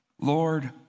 Lord